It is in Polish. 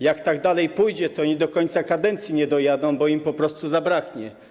Jak tak dalej pójdzie, to oni do końca kadencji nie dojadą, bo im po prostu zabraknie.